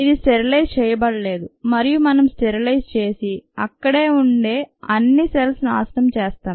ఇది స్టెరిలైజ్ చేయబడలేదు మరియు మనం స్టెరిలైజ్ చేసి అక్కడ ఉండే అన్ని సెల్స్ నాశనం చేస్తాం